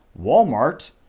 Walmart